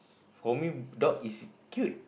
for me dog is cute